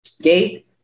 Okay